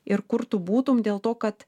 ir kur tu būtum dėl to kad